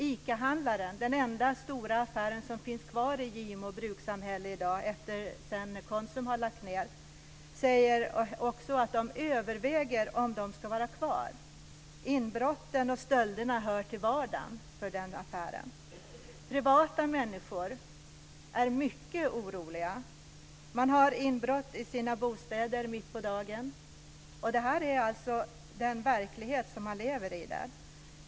ICA handlaren, den enda stora affären som finns kvar i Gimo brukssamhälle i dag sedan Konsum har lagt ned, säger också att man överväger om man ska vara kvar. Inbrotten och stölderna hör till vardagen för den affären. Privata människor är mycket oroliga. Man har inbrott i bostäderna mitt på dagen, och det här är alltså den verklighet som man lever i där.